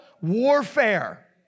warfare